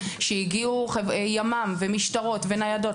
שהגיעו ימ"מ ומשטרות וניידות,